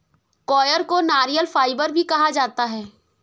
coir को नारियल fibre भी कहा जाता है